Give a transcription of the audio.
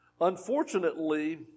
Unfortunately